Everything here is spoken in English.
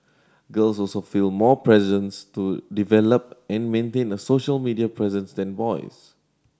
girls also feel more presence to develop and maintain a social media presence than boys